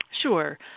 Sure